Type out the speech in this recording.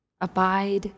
Abide